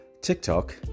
TikTok